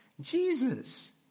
Jesus